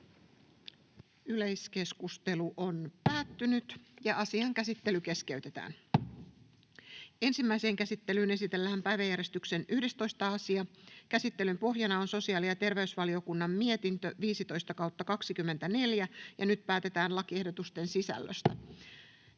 tekee, kun oikea täällä nyt kovasti leikkaa. Ensimmäiseen käsittelyyn esitellään päiväjärjestyksen 12. asia. Käsittelyn pohjana on sosiaali- ja terveysvaliokunnan mietintö StVM 17/2024 vp. Nyt päätetään lakiehdotusten sisällöstä.